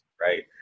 right